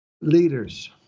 leaders